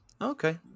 Okay